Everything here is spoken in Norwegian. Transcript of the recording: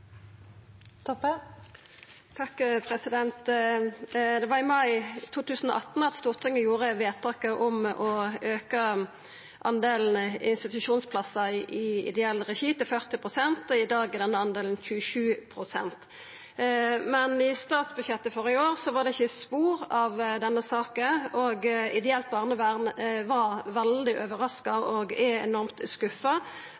Det var i mai 2018 at Stortinget fatta vedtaket om å auka delen institusjonsplassar i ideell regi til 40 pst. I dag er denne delen 27 pst. Men i statsbudsjettet for i år var det ikkje spor av denne saka, og ideelt barnevern var veldig